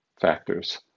factors